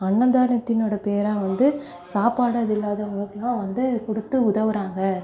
அன்னதானத்தினோடய பேராக வந்து சாப்பாடு இல்லாதவங்களுக்கெலாம் வந்து கொடுத்து உதவுகிறாங்க